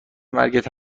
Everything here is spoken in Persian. مرگت